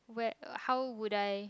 where how would I